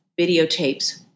videotapes